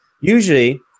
usually